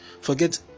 forget